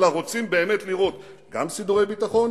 אלא רוצים באמת לראות גם סידורי ביטחון